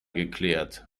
geklärt